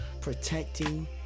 protecting